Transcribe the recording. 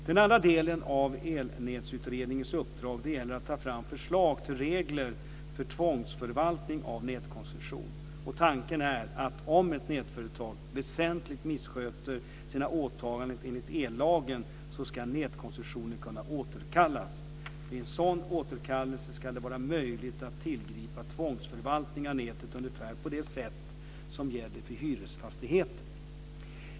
Den andra delen av Elnätsutredningens uppdrag gäller att ta fram förslag till regler för tvångsförvaltning av nätkoncession. Tanken är att om ett nätföretag väsentligt missköter sina åtaganden enligt ellagen så ska nätkoncessionen kunna återkallas. Vid en sådan återkallelse ska det vara möjligt att tillgripa tvångsförvaltning av näten ungefär på det sätt som gäller för hyresfastigheter.